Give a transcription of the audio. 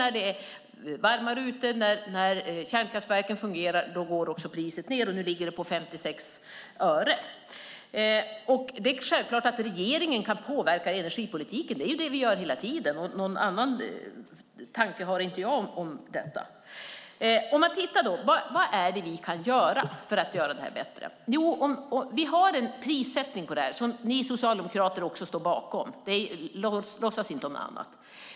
När det är varmare ute, när kärnkraftverken fungerar går också priset ned. Nu ligger det på 56 öre. Det är självklart att regeringen kan påverka energipolitiken. Det är det vi gör hela tiden. Någon annan tanke har inte jag om detta. Om man tittar på vad det är vi kan göra för att göra detta bättre kan vi notera att vi har en prissättning som ni socialdemokrater också står bakom. Låtsas inte om något annat!